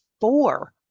four